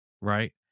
Right